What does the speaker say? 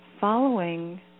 following